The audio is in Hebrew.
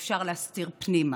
אפשר להסתיר בפנים.